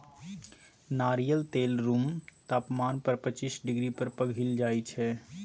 नारियल तेल रुम तापमान पर पचीस डिग्री पर पघिल जाइ छै